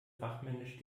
fachmännisch